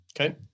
Okay